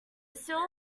steal